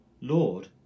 Lord